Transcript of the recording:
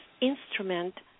instrument